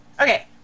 Okay